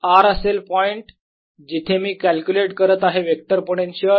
r असेल point जिथे मी कॅल्क्युलेट करत आहे वेक्टर पोटेन्शियल